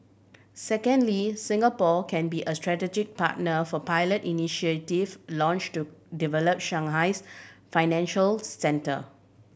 secondly Singapore can be a strategic partner for pilot initiative launched to develop Shanghai's financial centre